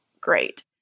great